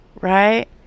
Right